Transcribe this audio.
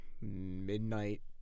midnight